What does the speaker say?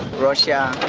russia,